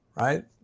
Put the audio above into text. right